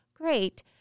Great